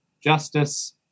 justice